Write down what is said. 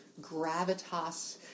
gravitas